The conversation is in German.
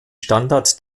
standard